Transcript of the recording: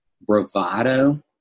bravado